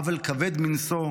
עוול כבד מנשוא,